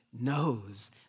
knows